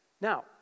Now